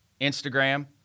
Instagram